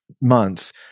months